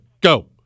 Go